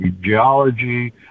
geology